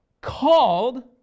called